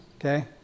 okay